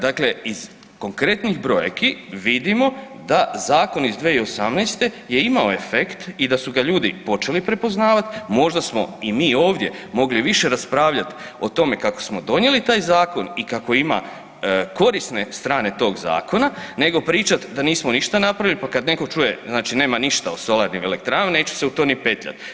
Dakle iz konkretnih brojki vidimo da zakon iz 2018. je imao efekt i da su ga ljudi počeli prepoznavati, možda smo i mi ovdje mogli više raspravljati o tome kako smo donijeli taj zakon i kako ima korisne strane tog zakona, nego pričati da nismo ništa napravili pa kad netko čuje, znači nema ništa o solarnim elektranama, neću se u to ni petljat.